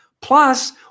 Plus